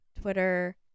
Twitter